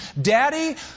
Daddy